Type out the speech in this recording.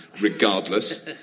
Regardless